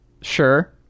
sure